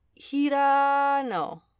Hirano